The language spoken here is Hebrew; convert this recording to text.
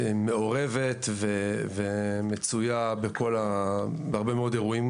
המשטרה מעורבת ומצויה בהרבה מאוד אירועים